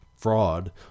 fraud